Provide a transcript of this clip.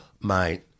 mate